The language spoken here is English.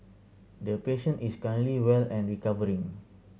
the patient is currently well and recovering